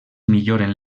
milloren